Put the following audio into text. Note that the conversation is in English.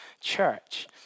church